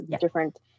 different